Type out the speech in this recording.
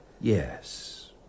Yes